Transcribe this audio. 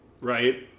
right